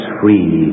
free